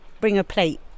bring-a-plate